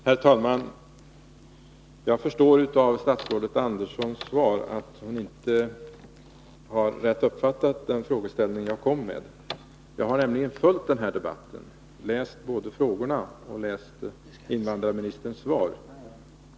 Herr talman! Jag förstår, av statsrådet Anderssons svar att döma, att hon inte rätt uppfattat min frågeställning. Jag har nämligen följt den här debatten. Jag har läst både frågorna och invandrarministerns svar.